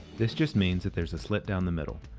this just means that there is a slit down the middle,